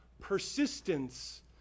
Persistence